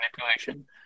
Manipulation